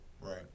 right